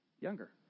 younger